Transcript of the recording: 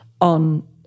on